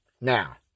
Now